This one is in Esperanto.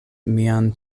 mian